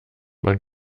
man